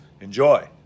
Enjoy